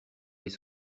les